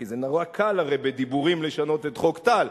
כי זה נורא קל הרי בדיבורים לשנות את חוק טל,